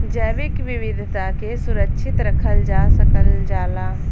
जैविक विविधता के सुरक्षित रखल जा सकल जाला